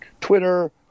Twitter